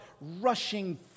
rushing